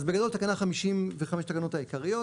אז בגדול תקנה 55 לתקנות העיקריות,